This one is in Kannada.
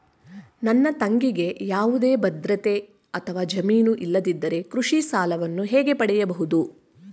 ನನ್ನ ತಂಗಿಗೆ ಯಾವುದೇ ಭದ್ರತೆ ಅಥವಾ ಜಾಮೀನು ಇಲ್ಲದಿದ್ದರೆ ಕೃಷಿ ಸಾಲವನ್ನು ಹೇಗೆ ಪಡೆಯಬಹುದು?